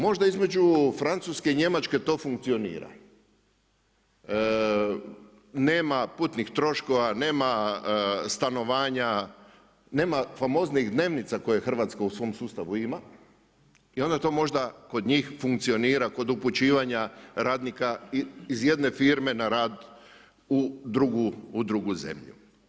Među između Francuske i Njemačke to funkcionira, nema putnih troškova, nema stanovanja, nema famoznih dnevnica koje Hrvatska u svom sustavu ima i onda to možda kod njih funkcionira, kod upućivanja radnika iz jedne firme na rad u drugu zemlju.